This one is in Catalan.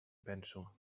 penso